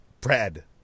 Brad